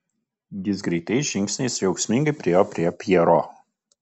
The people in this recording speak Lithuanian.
jis greitais žingsniais džiaugsmingai priėjo prie pjero